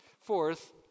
Fourth